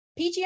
PGI